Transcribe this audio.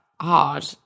hard